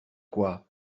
quoi